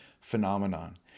phenomenon